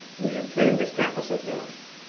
you should claim this campus as yours